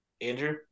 Andrew